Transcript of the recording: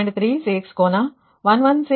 36 ಕೋನ 116